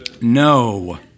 No